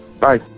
Bye